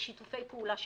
לשיתופי פעולה שנעשים,